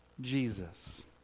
Jesus